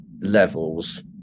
levels